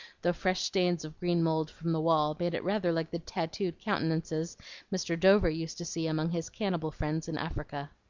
though fresh stains of green mould from the wall made it rather like the tattooed countenances mr. dover used to see among his cannibal friends in africa.